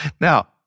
Now